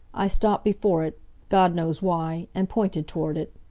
i stopped before it god knows why and pointed toward it.